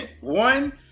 One